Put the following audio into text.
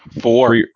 four